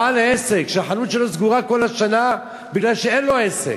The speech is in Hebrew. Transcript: בעל עסק שהחנות שלו סגורה כל השנה בגלל שאין לו עסק,